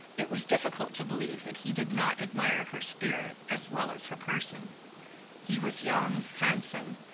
it was difficult to believe that he did not admire her spirit as well as her person he was young, handsome,